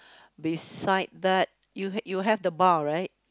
beside that you you have the bar right